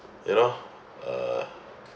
you know uh